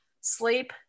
sleep